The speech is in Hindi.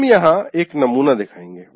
हम यहां एक नमूना दिखाएंगे